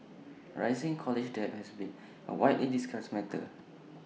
rising college debt has been A widely discussed matter